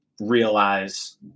realize